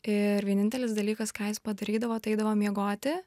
ir vienintelis dalykas ką jis padarydavo tai eidavo miegoti